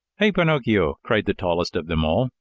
hey, pinocchio, cried the tallest of them all,